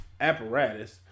apparatus